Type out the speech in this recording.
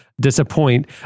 disappoint